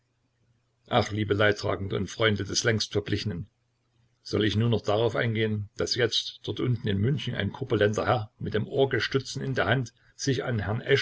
ach liebe leidtragende und freunde des längst verblichenen soll ich nun noch darauf eingehen daß jetzt dort unten in münchen ein korpulenter herr mit dem orgeschstutzen in der hand sich an herrn